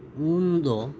ᱩᱱ ᱫᱚ